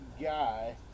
guy